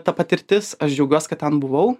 ta patirtis aš džiaugiuos kad ten buvau